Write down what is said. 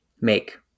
make